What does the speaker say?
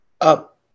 up